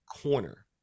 corner